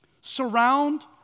Surround